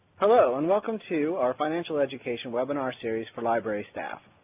hello and welcome to our financial education webinar series for library staff.